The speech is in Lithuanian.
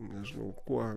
nežinau kuo